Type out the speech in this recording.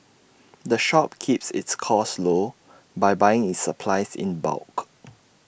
the shop keeps its costs low by buying its supplies in bulk